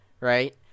right